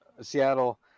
Seattle